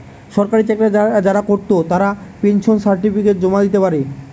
সরকারি চাকরি যারা কোরত তারা পেনশন সার্টিফিকেট জমা দিতে পারে